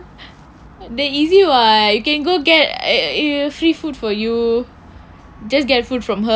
eh easy [what] you can go get a free food for you just get food from her